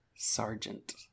Sergeant